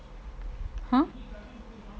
!huh!